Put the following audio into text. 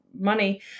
money